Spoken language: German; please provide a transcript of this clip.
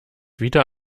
wieder